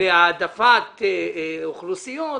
להעדפת אוכלוסיות,